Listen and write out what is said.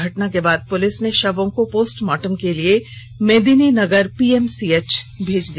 घटना के बाद पुलिस ने शवों को पोस्टमार्टम के लिए मेदिनीनगर पीएमसीएच में भेज दिया